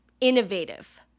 innovative